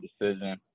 decision